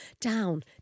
down